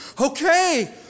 okay